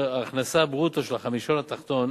ההכנסה ברוטו של החמישון התחתון